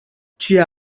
tia